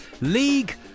League